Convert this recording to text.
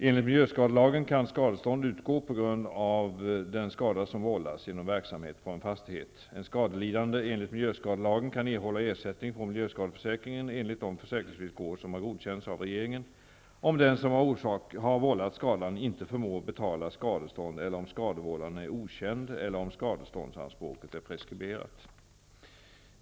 Enligt miljöskadelagen kan skadestånd utgå på grund av den skada som vållas genom verksamhet på en fastighet. En skadelidande enligt miljöskadelagen kan erhålla ersättning från miljöskadeförsäkringen enligt de försäkringsvillkor som har godkänts av regeringen, om den som har vållat skadan inte förmår betala skadestånd eller om skadevållaren är okänd eller om skadeståndsanspråket är preskriberat.